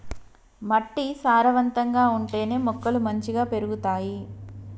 మట్టి సారవంతంగా ఉంటేనే మొక్కలు మంచిగ పెరుగుతాయి